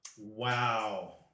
Wow